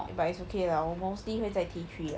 eh but it's okay lah 我 mostly 会在 T three lah